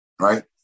right